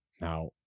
Now